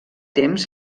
temps